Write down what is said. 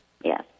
yes